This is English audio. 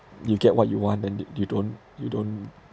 you get what you want then you don't you don't